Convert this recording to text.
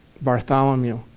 Bartholomew